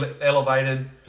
elevated